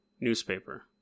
newspaper